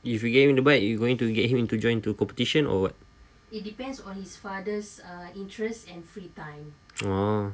if you gave him the you going to get him into joined to competition or what oh